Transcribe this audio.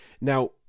Now